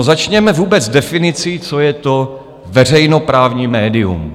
Začněme vůbec definicí, co je to veřejnoprávní médium.